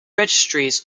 registries